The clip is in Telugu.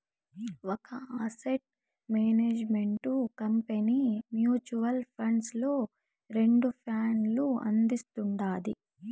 ఒక asset management company mutual funds లో రెండు ప్లాన్లు అందిస్తుండాది